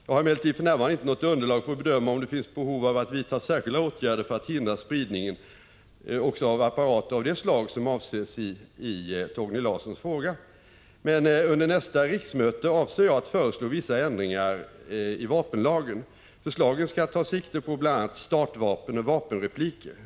Jag har emellertid för närvarande inte något underlag för att bedöma om det finns behov av att vidta särskilda åtgärder för att hindra spridningen av även apparater av det slag som avses i den nu aktuella frågan. Under nästa riksmöte avser jag dock att föreslå vissa ändringar i vapenlagen. Förslagen skall ta sikte på bl.a. startvapen och vapenrepliker.